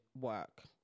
work